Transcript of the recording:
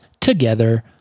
together